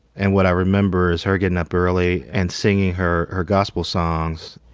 and what i remember is her gettin' up early and singing her her gospel songs.